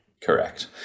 Correct